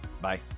Bye